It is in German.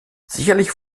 sicherlich